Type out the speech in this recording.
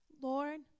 Lord